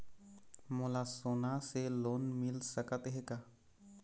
मोला सोना से लोन मिल सकत हे का?